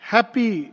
Happy